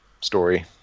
story